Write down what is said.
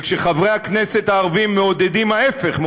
וכשחברי הכנסת הערבים מעודדים ההפך,